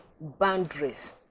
boundaries